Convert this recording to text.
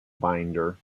binder